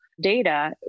data